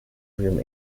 room